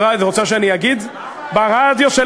ברדיו.